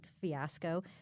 fiasco